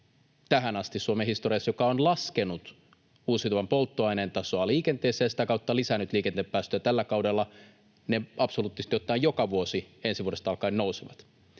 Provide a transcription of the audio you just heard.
tähän asti Suomen historiassa ainoa, joka on laskenut uusiutuvan polttoaineen tasoa liikenteessä ja sitä kautta lisännyt liikenteen päästöjä. Tällä kaudella ne absoluuttisesti ottaen joka vuosi ensi vuodesta alkaen nousevat.